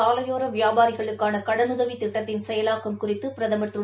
சாலையோர வியாபாரிகளுக்கான கடனுதவித் திட்டத்தின் செயலாக்கம் குறித்து பிரதமர் திரு